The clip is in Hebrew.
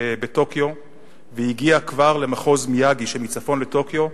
והוא הגיע כבר למחוז מיאגי שמצפון לטוקיו,